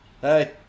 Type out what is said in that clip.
hey